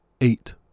eight